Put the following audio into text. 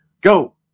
Go